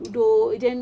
do urgent